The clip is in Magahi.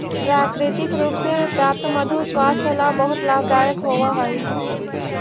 प्राकृतिक रूप से प्राप्त मधु स्वास्थ्य ला बहुत लाभदायक होवअ हई